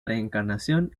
reencarnación